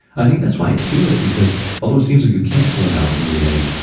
i think that's why i do it because although it seems like you can't pull an hour from your day,